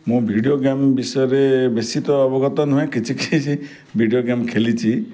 ମୁଁ video game ବିଷୟରେ ବେଶୀ ତ ଅବଗତ ନୁହେଁ କିଛି କିଛି ଭିଡ଼ିଓ ଗେମ୍ ଖେଳିଛି